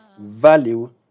value